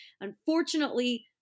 Unfortunately